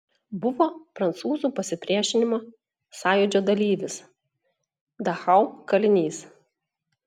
buvo prancūzų pasipriešinimo sąjūdžio dalyvis dachau kalinys